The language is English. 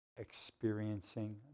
experiencing